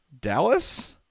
dallas